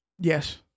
Yes